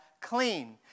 clean